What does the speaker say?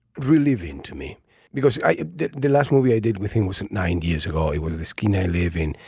relieving to me because i did the last movie i did with him was nine years ago it was the skin i live in,